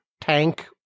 tank